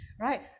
right